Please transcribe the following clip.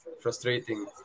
frustrating